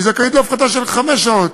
זכאית להפחתה של חמש שעות.